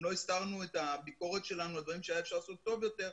גם לא הסתרנו את הביקורת שלנו על דברים שאפשר היה לעשות טוב יותר.